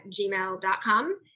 gmail.com